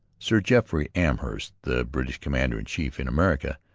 sir jeffery amherst, the british commander-in-chief in america,